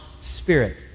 Spirit